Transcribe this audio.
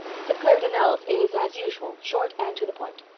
st. clair donnell's is, as usual, short and to the point.